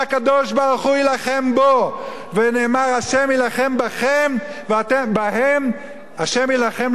ונאמר: "השם יילחם לכם ואתם תחרִשון".